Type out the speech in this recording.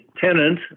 tenant